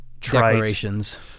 Declarations